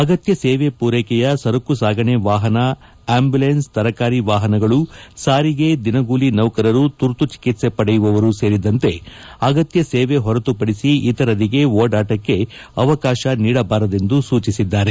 ಅಗತ್ಯ ಸೇವೆ ಪೂರೈಕೆಯ ಸರಕು ಸಾಗಣಿಕೆ ವಾಹನ ಅಂಬ್ಯುಲೆನ್ಸ್ ತರಕಾರಿ ವಾಹನಗಳು ಸಾರಿಗೆ ದಿನಗೂಲಿ ನೌಕರರು ತುರ್ತು ಚಿಕಿತ್ಲೆ ಪಡೆಯುವವರು ಸೇರಿದಂತೆ ಅಗತ್ಯ ಸೇವೆ ಹೊರತುಪಡಿಸಿ ಇತರರಿಗೆ ಓಡಾಟಕ್ಕೆ ಅವಕಾಶ ನೀಡಬಾರದೆಂದು ಸೂಚಿಸಿದ್ದಾರೆ